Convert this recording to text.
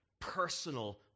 personal